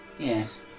Yes